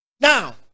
now